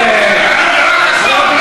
לא,